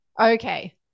Okay